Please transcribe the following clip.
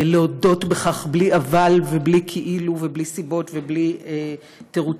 להודות בכך בלי "אבל" ובלי "כאילו" ובלי סיבות ובלי תירוצים.